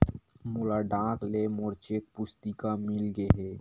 मोला डाक ले मोर चेक पुस्तिका मिल गे हे